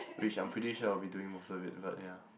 which I'm pretty sure I'll be doing most of it but yeah